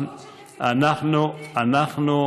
זה ציטוט,